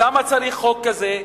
אז למה צריך חוק כזה?